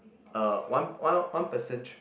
uh one one one person tr~